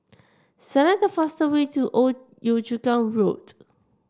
select the fastest way to Old Yio Chu Kang Road